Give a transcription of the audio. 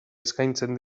eskaintzen